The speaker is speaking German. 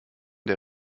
der